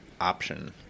option